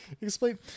Explain